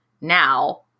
Now